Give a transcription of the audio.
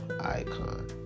icon